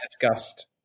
discussed